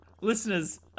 Listeners